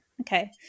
Okay